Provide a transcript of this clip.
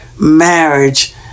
marriage